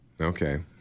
Okay